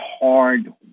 hard